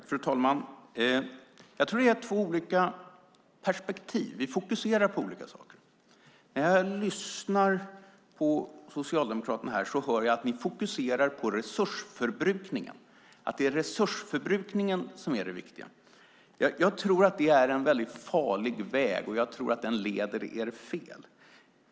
Fru talman! Jag tror att det är två olika perspektiv. Vi fokuserar på olika saker. När jag lyssnar på Socialdemokraterna här hör jag att ni fokuserar på resursförbrukningen. Det är resursförbrukningen som är det viktiga. Jag tror att det är en farlig väg, och jag tror att den leder er fel.